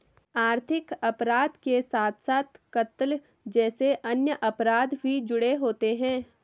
आर्थिक अपराध के साथ साथ कत्ल जैसे अन्य अपराध भी जुड़े होते हैं